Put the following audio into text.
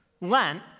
Lent